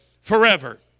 forever